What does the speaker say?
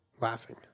laughing